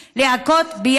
במקום פסקת התגברות,